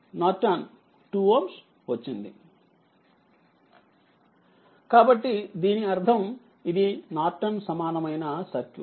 కాబట్టి దీని అర్థం ఇది నార్టన్ సమానమైన సర్క్యూట్